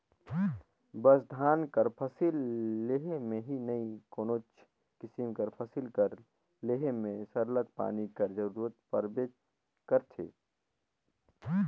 बस धान कर फसिल लेहे में ही नई कोनोच किसिम कर फसिल कर लेहे में सरलग पानी कर जरूरत परबे करथे